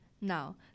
Now